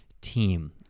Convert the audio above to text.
team